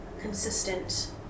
consistent